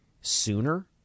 sooner